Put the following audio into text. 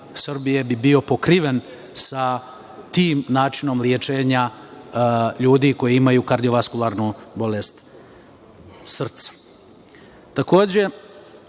Srbije bio pokriven sa tim načinom lečenja ljudi koji imaju kardiovaskularnu bolest